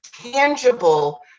tangible